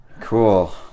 Cool